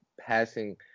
passing